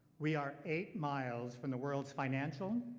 we are eight miles from the world's financial,